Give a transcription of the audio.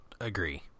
agree